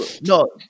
No